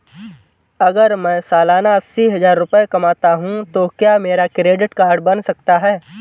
अगर मैं सालाना अस्सी हज़ार रुपये कमाता हूं तो क्या मेरा क्रेडिट कार्ड बन सकता है?